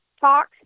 talk